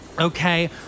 Okay